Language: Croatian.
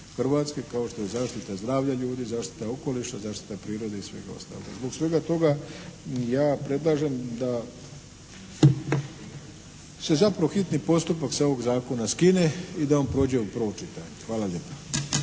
Hrvatske kao što je zaštita zdravlja ljudi, zaštita okoliša, zaštita prirode i svega ostalog. Zbog svega toga ja predlažem da se zapravo hitni postupak sa ovog zakona skine i da on prođe u prvo čitanje. Hvala lijepa.